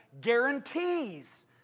guarantees